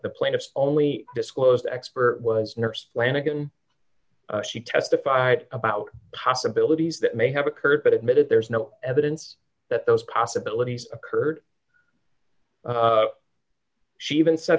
the plaintiffs only disclose expert was nurse flanagan she testified about possibilities that may have occurred but admitted there's ringback no evidence that those possibilities occurred she even said